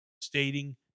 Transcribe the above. stating